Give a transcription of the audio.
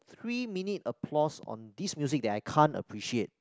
three minutes applause on this music that I can't appreciate